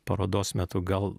parodos metu gal